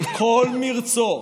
את כל מרצו,